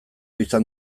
izan